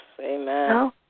Amen